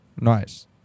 Nice